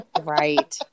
Right